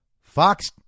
Fox